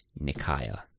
Nikaya